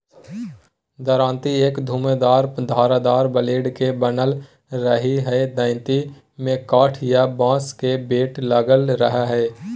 दरांती एक घुमावदार धारदार ब्लेड के बनल रहई हई दरांती में काठ या बांस के बेट लगल रह हई